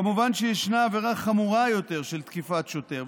כמובן שישנה עבירה חמורה יותר של תקיפת שוטר,